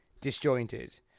disjointed